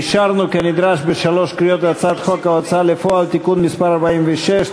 אישרנו כנדרש בשלוש קריאות את הצעת חוק ההוצאה לפועל (תיקון מס' 46),